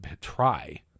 try